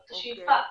זו השאיפה.